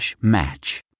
match